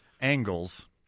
angles